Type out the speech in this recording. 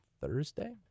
Thursday